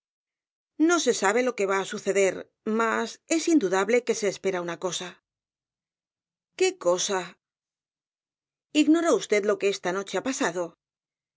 no se sabe lo que va á suceder mas es indudable que se espera una cosa qué cosa ignora usted lo que esta noche ha pasado